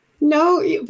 No